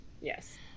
Yes